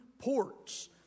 ports